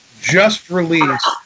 just-released